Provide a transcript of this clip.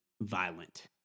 violent